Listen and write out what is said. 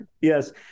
yes